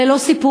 אלה לא סיפורים,